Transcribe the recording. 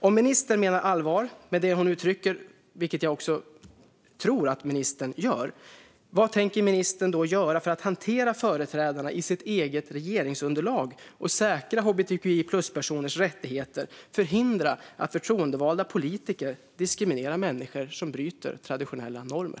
Om ministern menar allvar med det som hon uttrycker, vilket jag tror att hon gör, vad tänker ministern då göra för att hantera företrädarna i sitt eget regeringsunderlag och säkra hbtqi-plus-personers rättigheter och förhindra att förtroendevalda politiker diskriminerar människor som bryter traditionella normer?